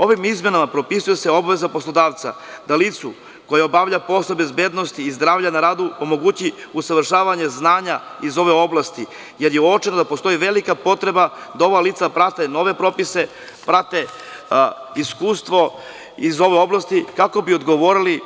Ovim izmenama propisuje se obaveza poslodavca da licu koje obavlja poslove bezbednosti i zdravlja na radu omogući usavršavanje znanja iz ove oblasti, jer je uočeno da postoji velika potreba da ova lica prate nove propise, prate iskustvo iz ove oblasti kako bi odgovorili